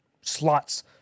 slots